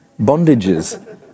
bondages